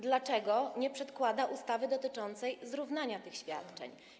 Dlaczego nie przedkłada ustawy dotyczącej zrównania tych świadczeń?